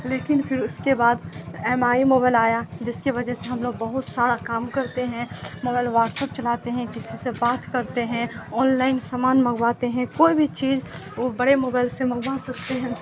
لیکن پھر اس کے بعد ایم آئی موبل آیا جس کی وجہ سے ہم لوگ بہت سارا کام کرتے ہیں موبائل واٹسپ چلاتے ہیں کسی سے بات کرتے ہیں آن لائن سامان منگواتے ہیں کوئی بھی چیز وہ بڑے موبائل سے منگوا سکتے ہیں